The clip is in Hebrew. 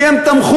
כי הם תמכו,